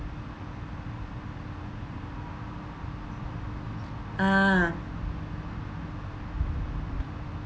ah